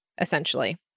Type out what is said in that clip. essentially